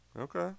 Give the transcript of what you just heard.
Okay